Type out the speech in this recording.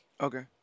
Okay